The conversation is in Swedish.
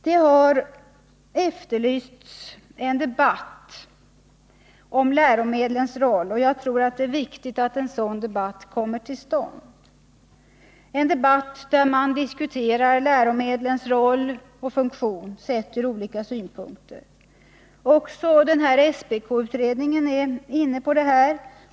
Det har efterlysts en debatt om läromedlens roll och jag tror det är viktigt att en sådan debatt kommer till stånd. Det skall vara en debatt där man 161 diskuterar läromedlens roll och funktion ur olika synpunkter. Också SPK-utredningen är inne på detta.